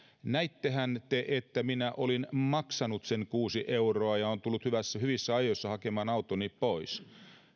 näittehän te että minä olin maksanut sen kuusi euroa ja olen tullut hyvissä ajoin hakemaan autoni pois